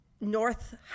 north